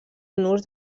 nus